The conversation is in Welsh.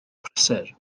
prysur